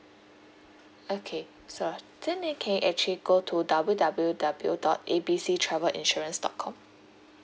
okay then you can actually go to W_W_W dot A B C travel insurance dot com